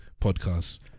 podcasts